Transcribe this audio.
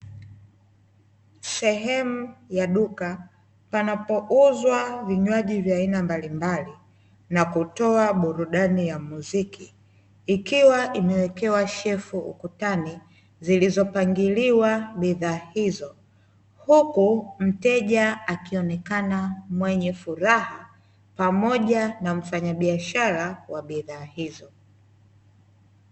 Sehemu ya duka, panapouzwa vinywaji vya aina mbalimbali na kutoa burudani ya muziki, ikiwa imewekewa shelfu ukutani zilizopangiliwa bidhaa hizo, huku mteja akionekana mwenye furaha pamoja na mfanya biashara wa bidhaa hizo.